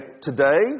today